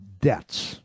debts